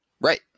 Right